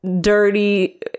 dirty